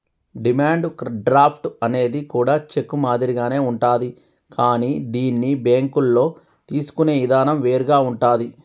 demand draft అనేది కూడా cheque మాదిరిగానే ఉంటాది కానీ దీన్ని బ్యేంకుల్లో తీసుకునే ఇదానం వేరుగా ఉంటాది